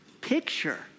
picture